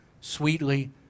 sweetly